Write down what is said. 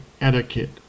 etiquette